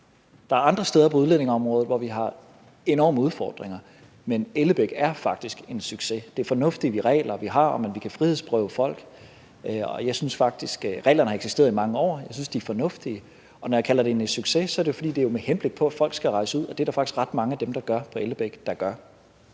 Der er andre steder på udlændingeområdet, hvor vi har enorme udfordringer, men Ellebæk er faktisk en succes. Det er fornuftigt med de regler, vi har, om, at vi kan frihedsberøve folk, og reglerne har eksisteret i mange år, og jeg synes, de er fornuftige. Og når jeg kalder det en succes, er det jo, fordi det er med henblik på, at folk skal rejse ud, og det er der faktisk også ret mange af dem, der er på Ellebæk, der gør.